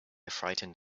frightened